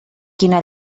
quina